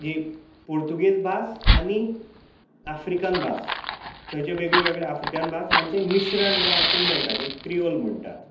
जी पुर्तुगीज भास आनी आफ्रिकन भास थंयचे वेगळे वेगळे आफ्रिकन भास हाचें मिश्रण जे आयकुंक मेळटा जी क्रिओल म्हणटा